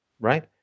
Right